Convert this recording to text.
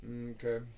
Okay